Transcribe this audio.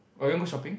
or you want go shopping